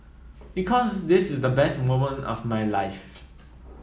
because this is the best moment of my life